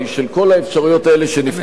של כל האפשרויות האלה שנפתחות לפני אדם,